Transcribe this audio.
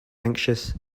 anxious